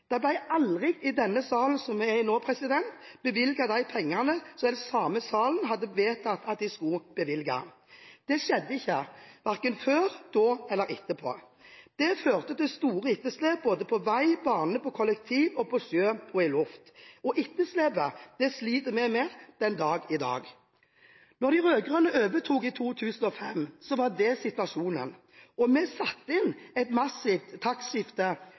men som aldri, verken før eller umiddelbart etterpå, ble oppfylt. Det ble i denne salen aldri bevilget de pengene som den samme salen hadde vedtatt at skulle bevilges. Det skjedde ikke – verken før, da eller etterpå. Det førte til store etterslep på både vei, bane, kollektiv, til sjøs og i luften. Det etterslepet sliter vi med den dag i dag. Da de rød-grønne overtok i 2005 var det situasjonen. Vi satte inn et massivt